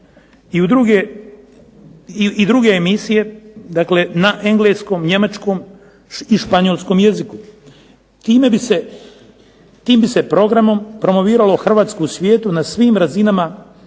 i druge emisije na engleskom, njemačkom i španjolskom jeziku. Tim bi se programom promoviralo Hrvatsku u svijetu na svim razinama